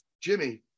Jimmy